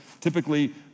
typically